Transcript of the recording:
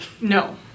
no